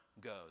goes